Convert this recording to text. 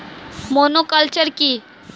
Monoculture কি?